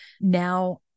now